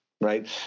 Right